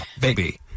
baby